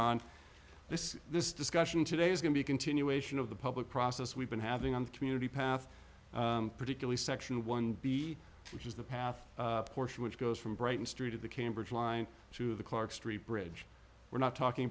on this this discussion today is going to be continuation of the public process we've been having on the community path particularly section one b which is the path portion which goes from brighton straight to the cambridge line to the clark street bridge we're not talking